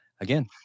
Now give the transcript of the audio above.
Again